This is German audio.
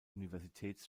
universitäts